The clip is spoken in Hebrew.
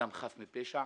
אדם חף מפשע.